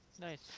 Nice